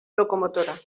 locomotora